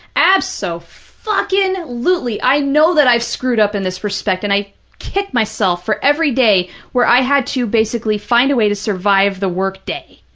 abso-fucking-lutely. i know that i've screwed up in this respect, and i kick myself for every day where i had to basically find a way to survive the workday